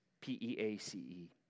P-E-A-C-E